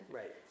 right